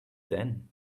then